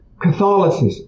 Catholicism